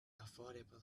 affordable